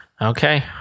Okay